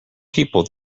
people